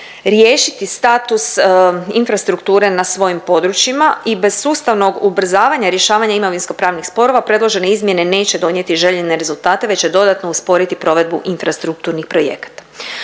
riješiti status infrastrukture na svojim područjima i bez sustavnog ubrzavanja rješavanja imovinskopravnih sporova predložene izmjene neće donijeti željene rezultate već će dodatno usporiti provedbu infrastrukturnih projekata.